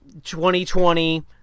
2020